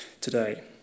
today